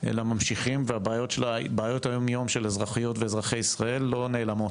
אלא ממשיכים ובעיות היום יום של אזרחי ואזרחיות ישראל לא נעלמות.